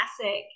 classic